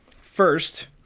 First